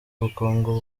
ubukungu